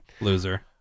Loser